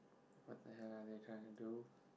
what the hell are they trying to do